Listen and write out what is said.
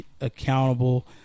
accountable